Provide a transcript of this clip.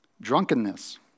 Drunkenness